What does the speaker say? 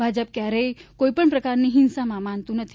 ભાજપ ક્યારેય કોઈપણ પ્રકારની હિંસામાં માનતું નથી